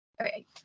Okay